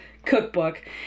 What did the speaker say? cookbook